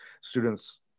students